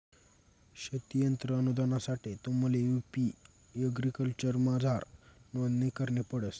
शेती यंत्र अनुदानसाठे तुम्हले यु.पी एग्रीकल्चरमझार नोंदणी करणी पडस